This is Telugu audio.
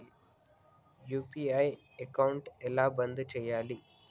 యూ.పీ.ఐ అకౌంట్ ఎలా బంద్ చేయాలి?